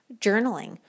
Journaling